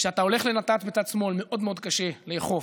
כשאתה הולך על נת"צ בצד שמאל מאוד קשה לאכוף,